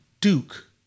Duke